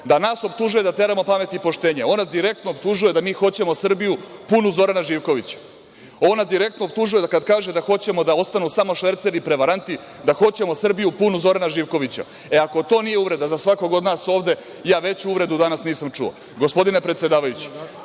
da nas optužuje da teramo pamet i poštenje. On nas direktno optužuje da mi hoćemo Srbiju punu Zorana Živkovića. On nas direktno optužuje kad kaže da hoćemo da ostanu samo šverceri i prevaranti, da hoćemo Srbiju punu Zorana Živkovića. Ako to nije uvreda za svakoga od nas ovde, ja veću uvredu danas nisam čuo. Gospodine predsedavajući,